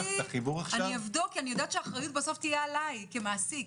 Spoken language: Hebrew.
אני אבדוק כי אני יודעת שהאחריות בסוף תהיה עליי כמעסיק.